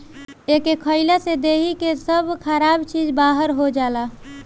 एके खइला से देहि के सब खराब चीज बहार हो जाला